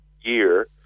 year